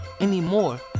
anymore